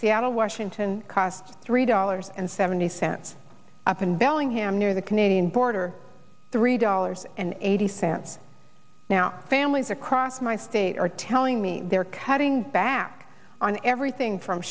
seattle washington costs three dollars and seventy cents up in bellingham near the canadian border three dollars and eighty cents now families across my state are telling me they're cutting back on everything from